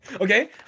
okay